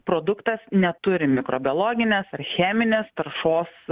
produktas neturi mikrobiologinės cheminės taršos